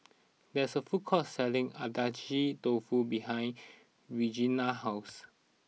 there is a food court selling Agedashi Dofu behind Regina's house